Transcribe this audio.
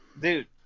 Dude